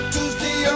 Tuesday